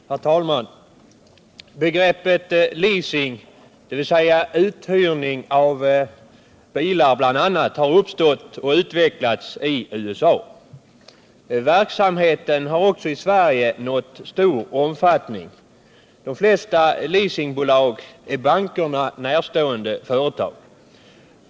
Herr talman! Begreppet leasing, dvs. uthyrning av bl.a. bilar, har uppstått och utvecklats i USA. Verksamheten har också i Sverige nått stor omfattning. De flesta leasingbolag är bankerna närstående företag.